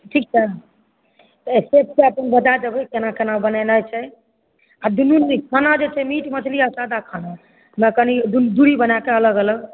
ठीक छै शेफ़के अपन बता देबै कोना कोना बनेनाए छै आ दुनू मिक्स खाना जे छै मीट मछली आ सादा खानामे कनि दूरी बनाकऽ अलग अलग